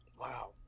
Wow